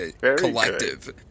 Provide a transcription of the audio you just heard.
collective